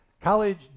college